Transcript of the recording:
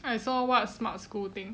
I saw what smart school thing